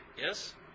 Yes